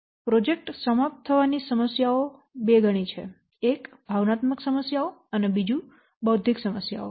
project સમાપ્ત થવાની સમસ્યાઓ બે ગણી છે એક ભાવનાત્મક સમસ્યાઓ અને બીજું બૌદ્ધિક સમસ્યાઓ